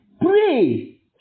pray